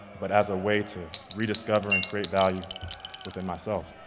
but as a way to rediscover and create value within myself.